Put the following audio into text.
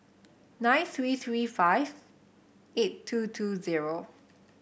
nine three three five eight two two zero